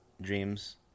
dreams